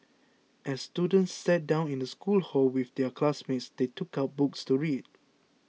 as students sat down in the school hall with their classmates they took out books to read